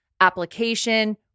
application